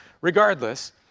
Regardless